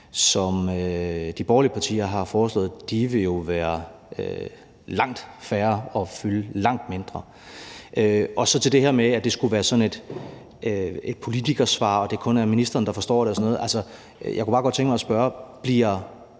som de borgerlige partier har forslået, ville jo være langt færre og fylde langt mindre. Så med hensyn til det her med, at det skulle være sådan et politikersvar, og at det kun er ministeren, der forstår det, og sådan noget, kunne jeg bare godt tænke at spørge: Bliver